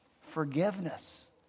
Forgiveness